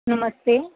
ਨਮਸਤੇ